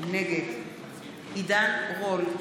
נגד עידן רול,